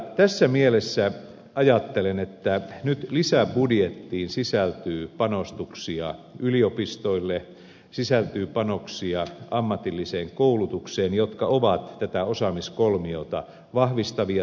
tässä mielessä ajattelen että nyt lisäbudjettiin sisältyy panostuksia yliopistoille ammatilliseen koulutukseen jotka ovat tätä osaamiskolmiota vahvistavia tekijöitä